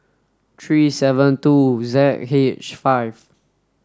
three seven two Z H five